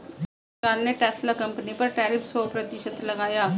भारत सरकार ने Tesla company पर टैरिफ सो प्रतिशत लगाया